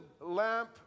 lamp